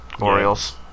Orioles